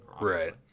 Right